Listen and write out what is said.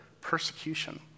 persecution